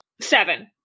Seven